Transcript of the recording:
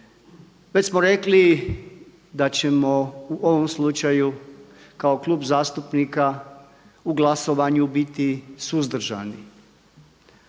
Već smo rekli da ćemo u ovom slučaju kao klub zastupnika u glasovanju biti suzdržani.